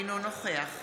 אינו נוכח